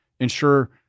ensure